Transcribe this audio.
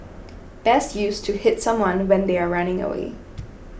best used to hit someone when they are running away